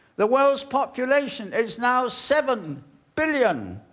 the world's population is now seven billion.